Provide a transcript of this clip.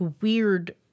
weird